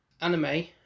anime